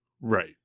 Right